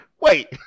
Wait